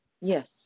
Yes